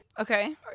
Okay